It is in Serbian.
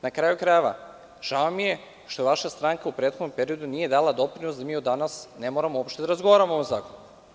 Na kraju krajeva, žao mi je što vaša stranka u prethodnom periodu nije dala doprinos da mi od danas ne moramo uopšte da razgovaramo o ovom zakonu.